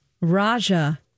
raja